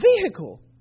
vehicle